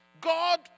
God